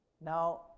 Now